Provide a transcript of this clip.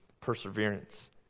perseverance